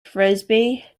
frisbee